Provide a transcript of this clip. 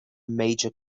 major